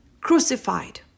crucified